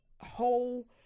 whole